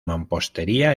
mampostería